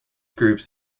groups